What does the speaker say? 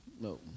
No